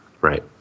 Right